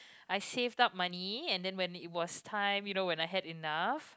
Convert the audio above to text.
I saved up money and then when it was time you know when I had enough